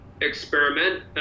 experiment